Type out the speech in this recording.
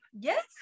Yes